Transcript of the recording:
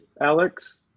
Alex